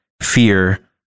fear